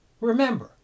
Remember